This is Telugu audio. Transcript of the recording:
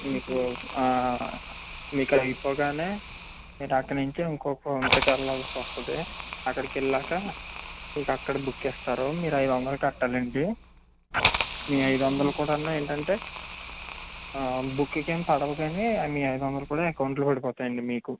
మీకు మీకు అయిపోగానే మీరు అక్కడనుంచి ఇంకో కౌంటరుకి వెళ్లాల్సివస్తది అక్కడికి వెళ్లాక మీకు అక్కడ బుక్కు ఇస్తారు మీరు ఐదు వందలు కట్టాలండి మీ ఐదు వందలు కూడాను ఏంటంటే బుక్కు కి ఏం పడవు గాని మీ ఐదు వందలు కూడా అకౌంటు లో పడిపోతాయి అండి మీకు